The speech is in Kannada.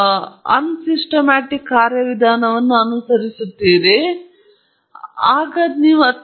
ಆದ್ದರಿಂದ ಬೇರೆ ರೀತಿಯಲ್ಲಿ ಹೇಳುವುದಾದರೆ ಪಕ್ಷಪಾತಕ್ಕೆ ಮರಳಿ ಬಂದಾಗ ಅಂದಾಜಿನ ನಿರೀಕ್ಷಿತ ಮೌಲ್ಯವು ಸತ್ಯದಿಂದ ಭಿನ್ನವಾಗಿದ್ದರೆ ಅಂದಾಜಿನ ಪ್ರಕಾರ ಪಕ್ಷಪಾತವಿದೆ ಎಂದು ನಾವು ಹೇಳುತ್ತೇವೆ